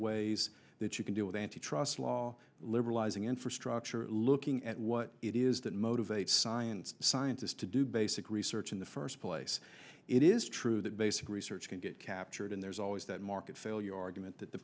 ways that you can do with antitrust law liberalizing infrastructure looking at what it is that motivates science scientists to do basic research in the first place it is true that basic research can get captured and there's always that market failure argument that the